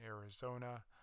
Arizona